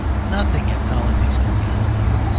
nothing in politics could be filthier.